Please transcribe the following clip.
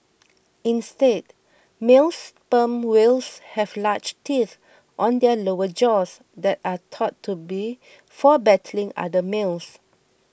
instead male sperm whales have large teeth on their lower jaws that are thought to be for battling other males